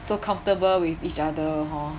so comfortable with each other hor